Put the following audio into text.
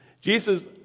Jesus